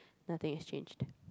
nothing has changed